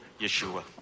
Yeshua